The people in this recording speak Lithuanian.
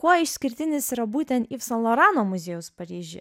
kuo išskirtinis yra būtent yv saint lorano muziejaus paryžiuje